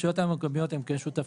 הרשויות המקומיות הם כן שותפים.